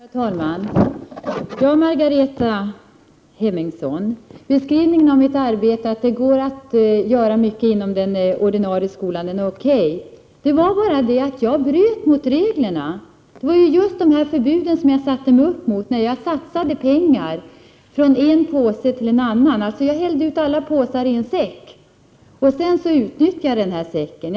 Herr talman! Ja, Margareta Hemmingsson, beskrivningen av mitt arbete, att det går att göra mycket inom den ordinarie skolan, är okej. Det var bara det att jag bröt mot reglerna. Det var just de här förbuden som jag satte mig upp emot, när jag satsade pengar från en påse till en annan. Jag tömde alla påsarna i en säck, och sedan utnyttjade jag det.